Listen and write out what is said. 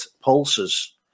pulses